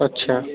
अच्छा